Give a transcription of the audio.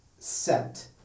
Set